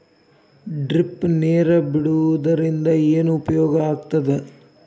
Drip ನೇರ್ ಬಿಡುವುದರಿಂದ ಏನು ಉಪಯೋಗ ಆಗ್ತದ?